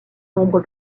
nombre